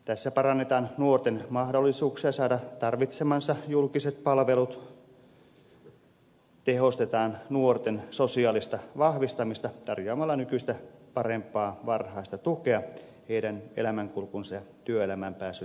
tässä parannetaan nuorten mahdollisuuksia saada tarvitsemansa julkiset palvelut tehostetaan nuorten sosiaalista vahvistamista tarjoamalla nykyistä parempaa varhaista tukea heidän elämänkulkunsa ja työelämään pääsyn edistämiseksi